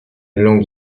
longue